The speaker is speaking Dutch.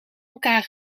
elkaar